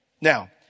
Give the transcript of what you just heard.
Now